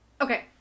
Okay